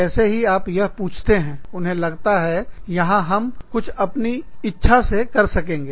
जैसे ही आप यह पूछते हैं उन्हें लगता है यहां हम कुछ अपने इच्छा से कर सकेंगे